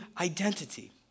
identity